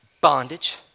bondage